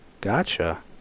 Gotcha